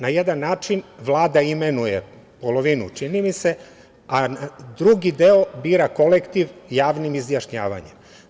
Na jedan način Vlad imenuje polovinu, čini mi se, a drugi deo bira kolektiv javnim izjašnjavanjem.